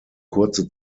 kurze